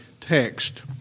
text